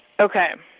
okay,